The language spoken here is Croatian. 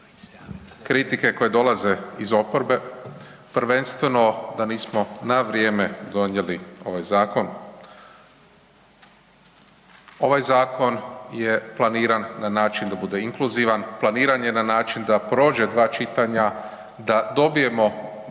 kritike koje dolaze iz oporbe, prvenstveno da nismo na vrijeme donijeli ovaj zakon. Ovaj zakon je planiran na način da bude inkluzivan, planiran je na način da prođe 2 čitanja, da dobijemo